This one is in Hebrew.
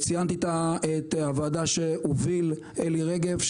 ציינתי את הוועדה שהוביל אלי רגב,